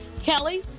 Kelly